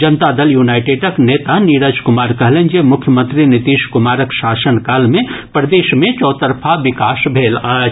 जनता दल यूनाईटेडक नेता नीरज कुमार कहलनि जे मुख्यमंत्री नीतीश कुमारक शासनकाल मे प्रदेश मे चौतरफा विकास भेल अछि